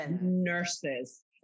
nurses